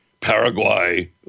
Paraguay